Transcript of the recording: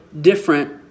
different